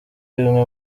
bimwe